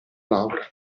laura